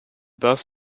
bus